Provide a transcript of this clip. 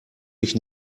mich